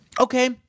Okay